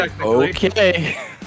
Okay